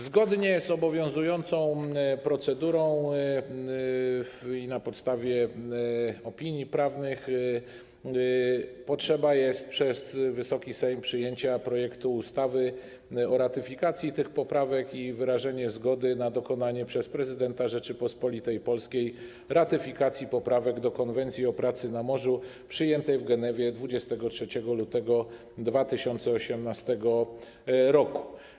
Zgodnie z obowiązującą procedurą i na podstawie opinii prawnych jest potrzeba przyjęcia przez Wysoki Sejm projektu ustawy o ratyfikacji tych poprawek i wyrażenia zgody na dokonanie przez prezydenta Rzeczypospolitej Polskiej ratyfikacji Poprawek do Konwencji o pracy na morzu, przyjętej w Genewie dnia 23 lutego 2018 r.